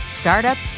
startups